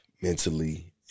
mentally